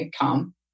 come